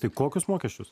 tai kokius mokesčius